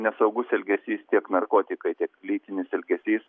nesaugus elgesys tiek narkotikai tiek lytinis elgesys